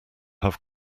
have